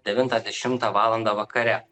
devintą dešimtą valandą vakare